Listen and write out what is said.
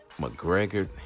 McGregor